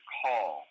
call